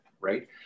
right